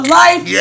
life